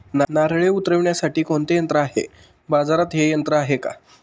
नारळे उतरविण्यासाठी कोणते यंत्र आहे? बाजारात हे यंत्र आहे का?